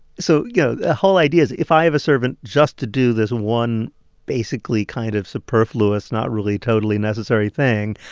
so, you know, the whole idea is, if i have a servant just to do this one basically kind of superfluous, not really totally necessary thing,